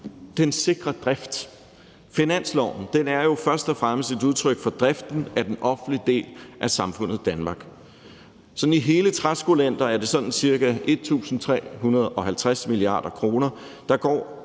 den sikre drift. Finansloven er jo først og fremmest et udtryk for driften af den offentlige del af samfundet Danmark. Sådan i hele træskolængder er det ca. 1.350 mia. kr.,